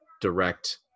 direct